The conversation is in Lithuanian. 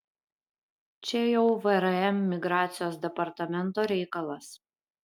čia jau vrm migracijos departamento reikalas